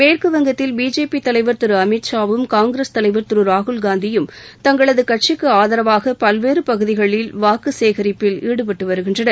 மேற்குவங்கத்தில் பிஜேபி தலைவர் திரு அமித் ஷாவும் காங்கிரஸ் தலைவர் திரு ராகுல்காந்தியும் தங்களது கட்சிக்கு ஆதரவாக பல்வேறு பகுதிகளில் வாக்கு சேகரிப்பில் ஈடுபட்டு வருகின்றனர்